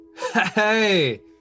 Hey